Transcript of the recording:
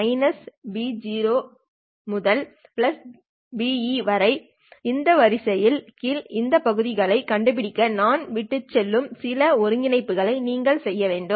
-Be to Be உடைய இந்த வளைவின் கீழ் இந்த பகுதியைக் கண்டுபிடிக்க நான் விட்டுச்செல்லும் சில ஒருங்கிணைப்புகளை நீங்கள் செய்ய வேண்டும்